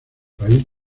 país